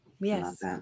Yes